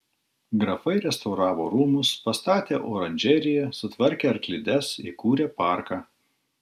grafai restauravo rūmus pastatė oranžeriją sutvarkė arklides įkūrė parką